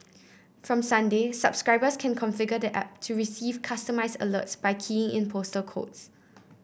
from Sunday subscribers can configure the app to receive customised alerts by keying in postal codes